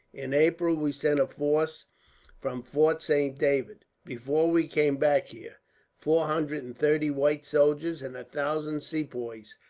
in april we sent a force from fort saint david before we came back here four hundred and thirty white soldiers and a thousand sepoys,